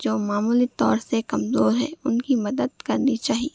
جو معمولی طور سے کمزور ہیں ان کی مدد کرنی چاہیے